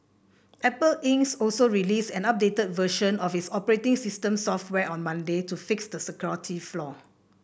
Apple Ins also released an updated version of its operating system software on Monday to fix the security flaw